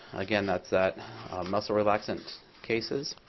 again, that's that muscle relaxant cases.